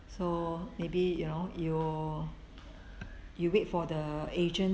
so maybe you know you you wait for the agent